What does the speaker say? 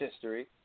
history